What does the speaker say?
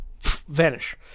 Vanish